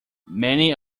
many